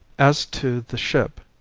as to the ship,